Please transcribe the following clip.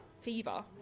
fever